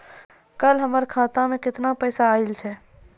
कल हमर खाता मैं केतना पैसा आइल छै?